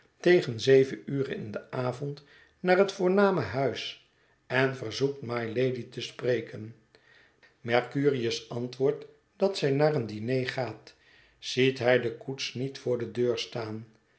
tegen zeven ure in den avond naar het voorname huis en verzoekt mylady te spreken mercurius antwoordt dat zij naar een diner gaat ziet hij de koets niet voor de deur staan